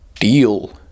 Deal